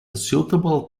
suitable